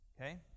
okay